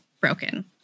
broken